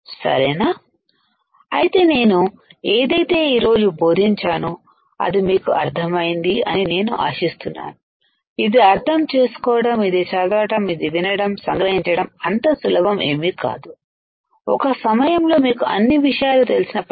సరేనా అయితే నేను ఏదైతే ఈరోజు బోధించాను అది మీకు అర్థమైంది అని నేను ఆశిస్తున్నాను ఇది అర్థం చేసుకోవటం ఇది చదవటం ఇది వినడం సంగ్రహించడం అంత సులభం ఏమి కాదు ఒక సమయంలో మీకు అన్ని విషయాలు తెలిసినప్పటికీ